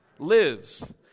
Lives